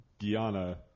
Guyana